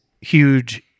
huge